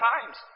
times